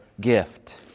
gift